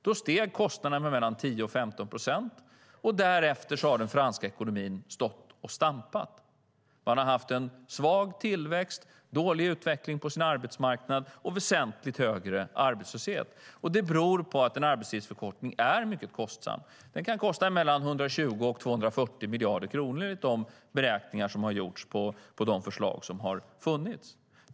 Då steg kostnaderna med mellan 10 och 15 procent, och därefter har den franska ekonomin stått och stampat. Man har haft svag tillväxt, dålig utveckling på arbetsmarknaden och väsentligt högre arbetslöshet. Det beror på att en arbetstidsförkortning är mycket kostsam. Den kan kosta mellan 120 och 240 miljarder kronor enligt de beräkningar som har gjorts utifrån de förslag som har funnits.